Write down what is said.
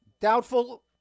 Doubtful